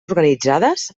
organitzades